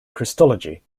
christology